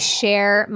share